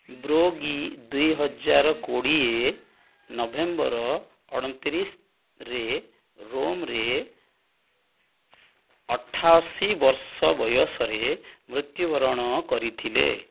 ବ୍ରୋଗି ଦୁଇହଜାର କୋଡ଼ିଏ ନଭେମ୍ବର ଅଣତିରିଶରେ ରୋମ୍ରେ ଅଠାଅଶୀ ବର୍ଷ ବୟସରେ ମୃତ୍ୟୁବରଣ କରିଥିଲେ